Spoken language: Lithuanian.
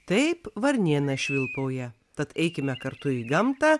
taip varnėnas švilpauja tad eikime kartu į gamtą